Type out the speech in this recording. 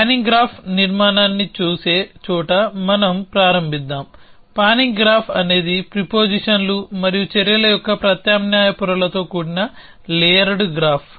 పానింగ్ graph నిర్మాణాన్ని చూసే చోట మనం ప్రారంభిద్దాం పానింగ్ గ్రాఫ్ అనేది ప్రిపోజిషన్లు మరియు చర్యల యొక్క ప్రత్యామ్నాయ పొరలతో కూడిన లేయర్డ్ గ్రాఫ్